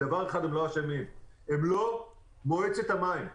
בדבר אחד הם לא אשמים: הם לא מועצת המים.